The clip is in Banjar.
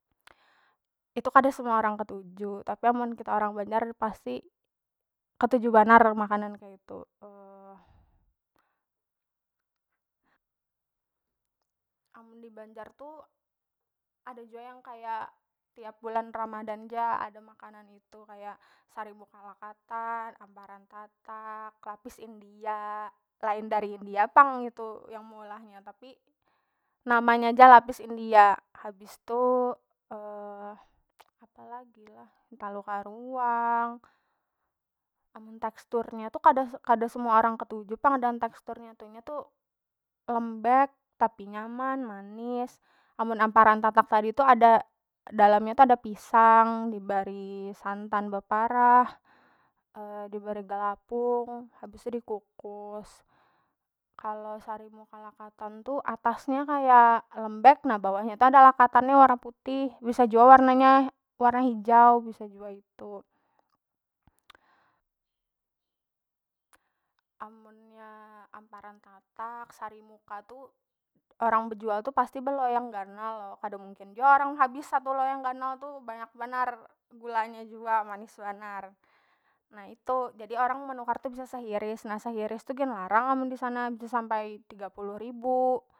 Itu kada semua orang ketuju, tapi amun kita orang banjar pasti ketuju banar makanan keitu. Amun di banjar tu ada jua yang kaya tiap bulan ramadan ja ada makanan itu kaya sari mukalakatan, amparan tatak, lapis india, lain dari india pang itu yang meolah nya tapi nama nya ja lapis india, habis tu apalagi lah hintalu karuang amun tekstur nya tu kada- kada semua orang ketuju pang dengan tekstur nya tu nya tu lembek tapi nyaman manis, amun amparan tatak tadi tu ada dalam nya tu ada pisang dibari santan beparah dibari galapung habis tu dikukus. Kalo sari mukalakatan tu atas nya kaya lembek na bawahnya tu ada lakatannya warna putih bisa jua warna nya warna hijau bisa jua itu. Amunnya amparan tatak, sari muka tu orang bejual tu pasti beloyang ganal lo kada mungkin jua orang habis satu loyang ganal tu banyak banar gula nya jua manis banar, na itu jadi orang menukar tu bisa sehiris nah sehiris tu gin larang amun disana bisa sampai tiga puluh ribu.